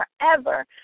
forever